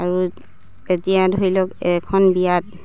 আৰু এতিয়া ধৰি লওক এখন বিয়াত